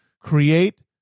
create